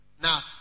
now